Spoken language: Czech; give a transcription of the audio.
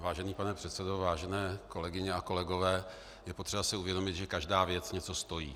Vážený pane předsedo, vážené kolegyně a kolegové, je potřeba si uvědomit, že každá věc něco stojí.